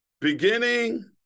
beginning